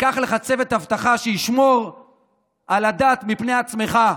תיקח לך צוות אבטחה שישמור על הדת מפני עצמך,